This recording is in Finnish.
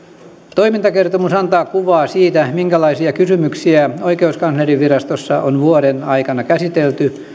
toimintakertomus antaa kuvaa siitä minkälaisia kysymyksiä oikeuskanslerinvirastossa on vuoden aikana käsitelty